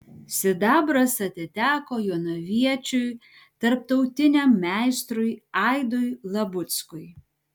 sidabras atiteko jonaviečiui tarptautiniam meistrui aidui labuckui